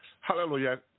Hallelujah